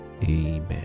Amen